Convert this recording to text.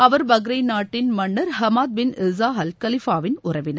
அவர் Bahrain நாட்டின் மன்னர் Hamad bin Isa Al Khalifa வின் உறவினர்